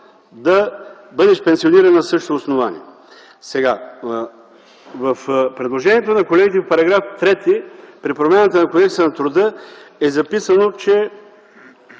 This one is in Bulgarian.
да бъдеш пенсиониран на същото основание. В предложението на колегите –§ 3, при промяната на Кодекса на труда е записано, че